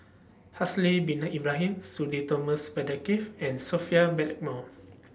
Haslir Bin Ibrahim Sudhir Thomas Vadaketh and Sophia Blackmore